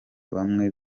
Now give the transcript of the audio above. bamwe